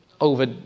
over